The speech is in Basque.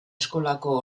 eskolako